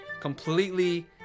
completely